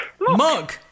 Mug